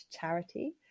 charity